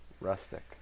Rustic